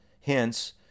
Hence